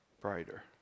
brighter